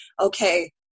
okay